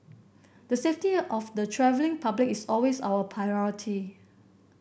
the safety of the travelling public is always our priority